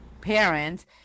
parents